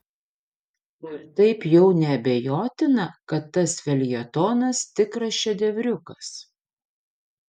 ar taip jau neabejotina kad tas feljetonas tikras šedevriukas